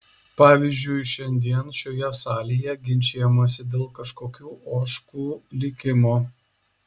pavyzdžiui šiandien šioje salėje ginčijamasi dėl kažkokių ožkų likimo